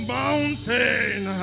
mountain